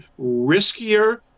riskier